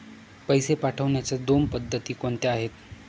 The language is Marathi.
पैसे पाठवण्याच्या दोन पद्धती कोणत्या आहेत?